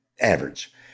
average